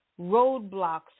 roadblocks